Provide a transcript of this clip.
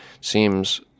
Seems